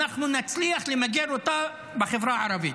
אנחנו נצליח למגר אותה בחברה הערבית.